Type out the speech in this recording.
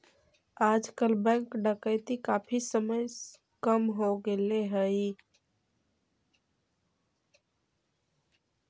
आजकल बैंक डकैती काफी कम हो गेले हई